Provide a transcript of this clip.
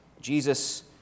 Jesus